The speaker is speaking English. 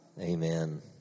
Amen